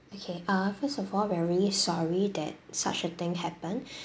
okay uh first of all we are really sorry that such a thing happened